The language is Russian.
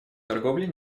торговли